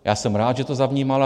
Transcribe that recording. Já jsem rád, že to zavnímala.